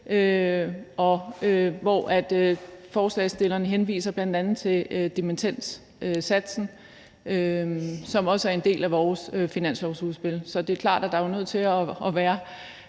det her. Forslagsstillerne henviser bl.a. til dimittendsatsen, som også er en del af vores finanslovsudspil. Så det er klart, at der er nødt til at være